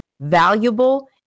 valuable